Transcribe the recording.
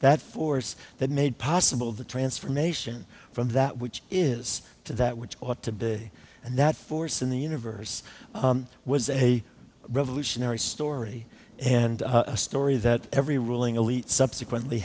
that force that made possible the transformation from that which is to that which ought to be and that force in the universe was a revolutionary story and a story that every ruling elite subsequently